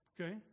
Okay